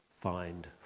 find